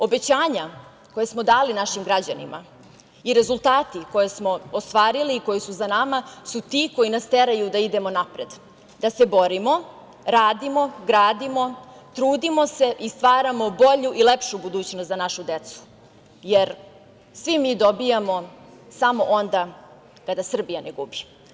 Obećanja koja smo dali našim građanima i rezultati koje smo ostvarili i koji su za nama su ti koji nas teraju da idemo napred, da se borimo, radimo, gradimo, trudimo se i stvaramo bolju i lepšu budućnost za našu decu, jer svi mi dobijamo samo onda kada Srbija ne gubi.